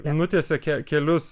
nutiesė ke kelius